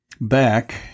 back